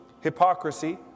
hypocrisy